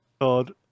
God